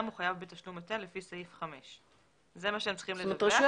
הוא חייב בתשלום היטל לפי סעיף 5. זה מה שהם צריכים לדווח.